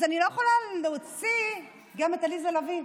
אז אני לא יכולה להוציא גם את עליזה לביא.